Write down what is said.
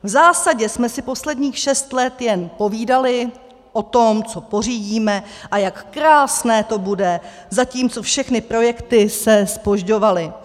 V zásadě jsme si posledních šest let jen povídali o tom, co pořídíme a jak krásné to bude, zatímco všechny projekty se zpožďovaly.